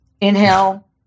inhale